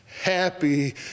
happy